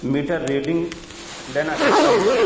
metre reading لینا چاہتا ہوں